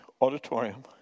auditorium